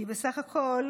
כי בסך הכול